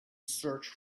search